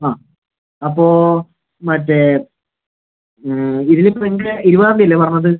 ആ അപ്പോൾ മറ്റെ ഇരുപതാം തീയതി അല്ലെ പറഞ്ഞത്